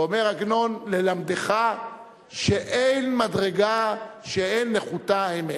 ואומר עגנון: ללמדך שאין מדרגה שאין נחותה הימנה.